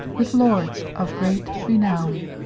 with lordes of great renowne.